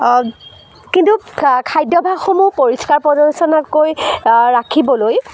কিন্তু খাদ্যভাসসমূহ পৰিষ্কাৰ পৰিচন্নকৈ ৰাখিবলৈ